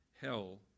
hell